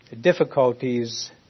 difficulties